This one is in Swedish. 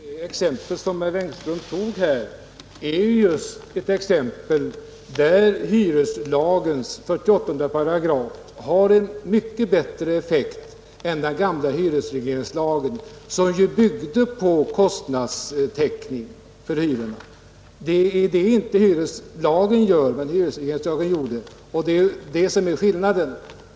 Herr talman! Det exempel som herr Engström tog är ju just ett exempel där hyreslagens 48 § har en mycket bättre effekt än den gamla hyresregleringslagen, som ju byggde på kostnadstäckning för hyrorna. Det gör alltså inte hyreslagen, men hyresregleringslagen gör det, och det är det som är skillnaden.